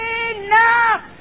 enough